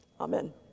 Amen